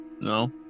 No